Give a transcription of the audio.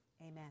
Amen